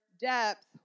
depth